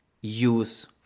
use